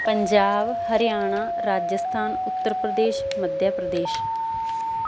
Punjab Haryana Rajasthan Uttar Pradesh Madhya Pradesh